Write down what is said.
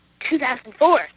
2004